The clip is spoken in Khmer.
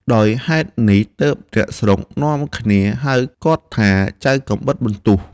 ដោយហេតុនេះទើបអ្នកស្រុកនាំគ្នាហៅគាត់ថា "ចៅកាំបិតបន្ទោះ"។